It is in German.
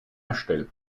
erstellt